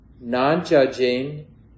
non-judging